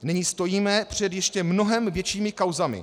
Nyní stojíme před ještě mnohem většími kauzami.